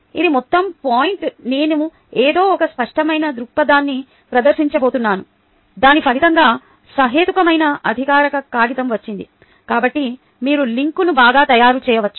ఇది మొత్తం పాయింట్ నేను ఏదో ఒక స్పష్టమైన దృక్పథాన్ని ప్రదర్శించబోతున్నాను దాని ఫలితంగా సహేతుకమైన అధికారిక కాగితం వచ్చింది కాబట్టి మీరు లింక్ను బాగా తయారు చేయవచ్చు